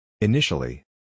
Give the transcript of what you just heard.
Initially